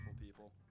people